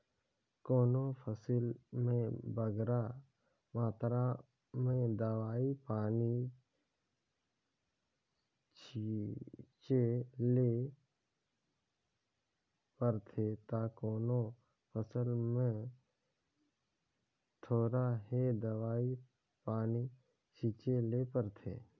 कोनो फसिल में बगरा मातरा में दवई पानी छींचे ले परथे ता कोनो फसिल में थोरहें दवई पानी छींचे ले परथे